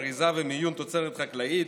אריזה ומיון תוצרת חקלאית,